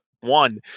one